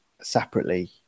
separately